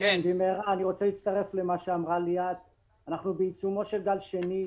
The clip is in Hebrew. אני רוצה להצטרף למה שאמרה ליאת: אנחנו בעיצומו של גל שני.